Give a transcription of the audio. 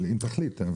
תחליט.